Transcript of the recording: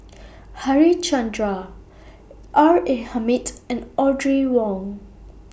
Harichandra R A Hamid and Audrey Wong